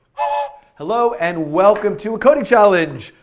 ah hello and welcome to coding challenging,